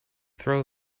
throw